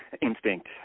Instinct